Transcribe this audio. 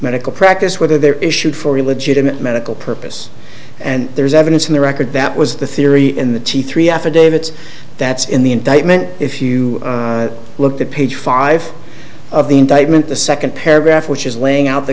medical practice whether there are issued for a legitimate medical purpose and there is evidence in the record that was the theory in the t three affidavits that's in the indictment if you look at page five of the indictment the second paragraph which is laying out the